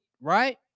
right